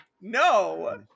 No